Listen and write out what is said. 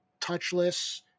touchless